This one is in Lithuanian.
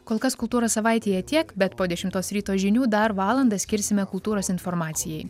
kol kas kultūros savaitėje tiek bet po dešimtos ryto žinių dar valandą skirsime kultūros informacijai